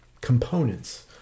components